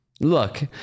Look